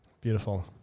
Beautiful